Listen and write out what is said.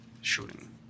shooting